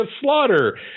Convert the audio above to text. slaughter